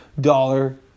Dollar